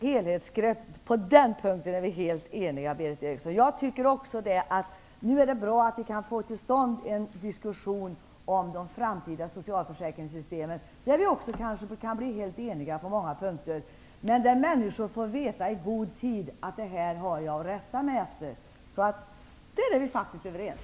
Herr talman! När det gäller helhetsgrepp är vi helt eniga. Jag tycker också att det är bra att vi får till stånd en diskussion om de framtida socialförsäkringssystemen -- där vi kanske kan bli eniga på många punkter -- som innebär att människor får veta i god tid vad de har att rätta sig efter. Där är vi alltså helt överens.